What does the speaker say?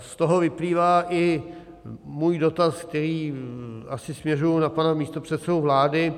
Z toho vyplývá i můj dotaz, který asi směřuji na pana místopředsedu vlády.